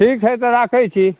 ठीक छै तऽ राखय छी